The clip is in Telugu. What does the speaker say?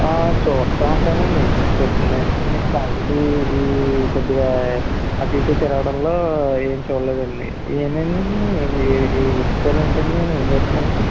చూస్తూ ఉంటానండి తెలిసిందే కదండీ కాకపోతే ఈ ఈ కొద్దిగా అటు ఇటు తిరగడంలో ఏమి చూడలేదండి ఏం అయిందండి ఏం విశేషాలు ఏంటండీ ఏం జరుగుతున్నాయి